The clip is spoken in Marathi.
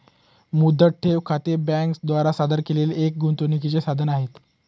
मुदत ठेव खाते बँके द्वारा सादर केलेले एक गुंतवणूकीचे साधन आहे